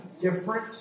different